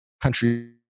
Country